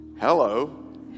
Hello